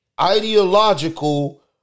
Ideological